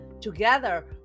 Together